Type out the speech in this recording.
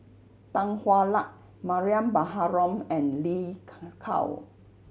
Tan Hwa Luck Mariam Baharom and Lin Gao